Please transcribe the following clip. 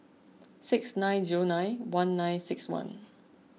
six nine zero nine one nine six one